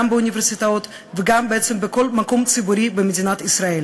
גם באוניברסיטאות וגם בעצם בכל מקום ציבורי במדינת ישראל.